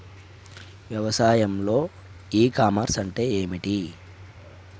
వ్యవసాయంలో e commerce అంటే ఏమిటి?